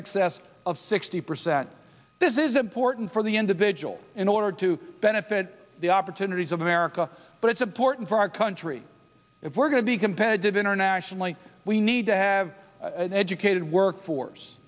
excess of sixty percent this is important for the individual in order to benefit the opportunities of america but it's important for our country if we're going to be competitive internationally we need to have an educated workforce